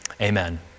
Amen